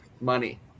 money